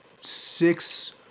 six